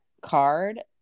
card